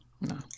No